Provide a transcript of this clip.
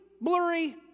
blurry